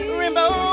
rainbow